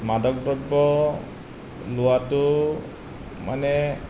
মাদক দ্ৰব্য লোৱাটো মানে